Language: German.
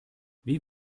wie